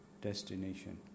destination